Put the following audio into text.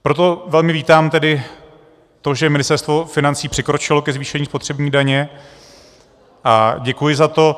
Proto tedy velmi vítám to, že Ministerstvo financí přikročilo ke zvýšení spotřební daně, a děkuji za to.